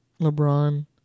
LeBron